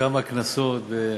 בכמה כנסות,